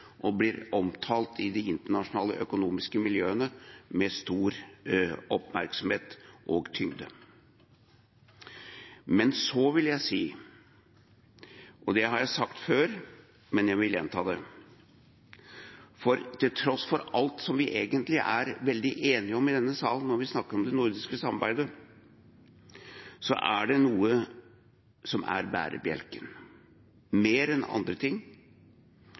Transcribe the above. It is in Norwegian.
og blir omtalt i de internasjonale økonomiske miljøene med stor oppmerksomhet og tyngde. Men – og dette har jeg sagt før, men jeg vil gjenta det – til tross for alt som vi egentlig er veldig enige om i denne salen når vi snakker om det nordiske samarbeidet, er det noe som, mer enn andre ting,